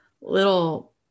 little